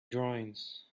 drawings